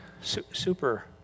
super